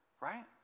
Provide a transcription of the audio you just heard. Right